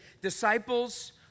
disciples